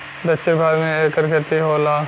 दक्षिण भारत मे एकर खेती होला